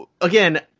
Again